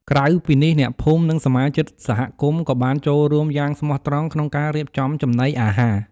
ក្រៅពីនេះ អ្នកភូមិ និងសមាជិកសហគមន៍ក៏បានចូលរួមយ៉ាងស្មោះត្រង់ក្នុងការរៀបចំចំណីអាហារ។